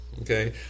okay